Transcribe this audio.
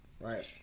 Right